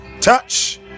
touch